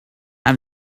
have